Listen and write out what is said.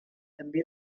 també